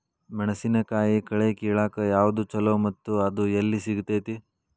ಮೆಣಸಿನಕಾಯಿ ಕಳೆ ಕಿಳಾಕ್ ಯಾವ್ದು ಛಲೋ ಮತ್ತು ಅದು ಎಲ್ಲಿ ಸಿಗತೇತಿ?